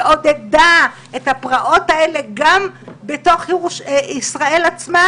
שעודדה את הפרעות האלה גם בתוך ישראל עצמה